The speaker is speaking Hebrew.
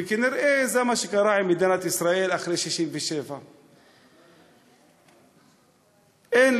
וכנראה זה מה שקרה עם מדינת ישראל אחרי 1967. אין